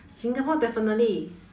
singapore definitely